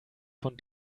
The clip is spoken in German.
von